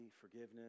forgiveness